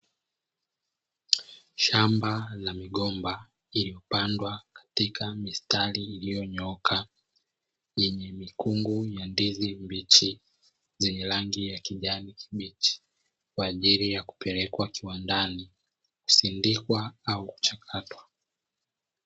Shamba la migomba iliyopandwa katika mistari iliyonyooka yenye mikungu ya ndizi mbichi, zenye rangi ya kijani kibichi kwa ajili ya kupelekwa kiwandani kusindikwa au kuchakatwa.